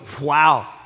Wow